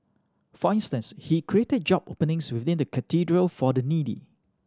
for instance he created job openings within the Cathedral for the needy